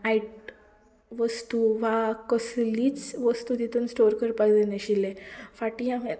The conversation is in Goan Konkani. आयट वस्तू वा कसलीच वस्तू तितूंत स्टोर करपाक जायनाशिल्लें फाटी हांवें